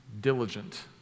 diligent